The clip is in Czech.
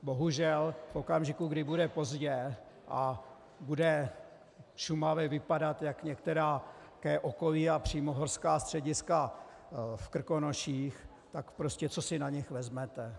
Bohužel v okamžiku, kdy bude pozdě a Šumava bude vypadat jak některé okolí a přímo horská střediska v Krkonoších, tak prostě co si na nich vezmete?